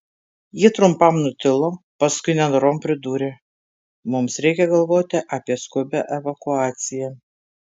ji trumpam nutilo paskui nenorom pridūrė mums reikia galvoti apie skubią evakuaciją